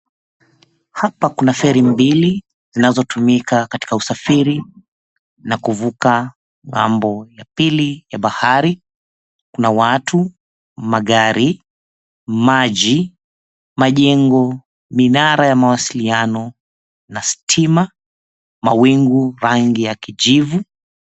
Hapa kuna feri mbili zinazotumika usafiri na kuvuka ng'ambo wa pili ya bahari, kuna watu magari, maji, majengo minara ya ya mawasiliano na stima mawingu ya rangi ya kijivu.